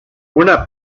una